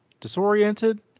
disoriented